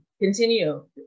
continue